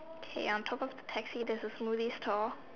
okay on top of the taxi there's a smoothie store